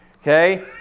Okay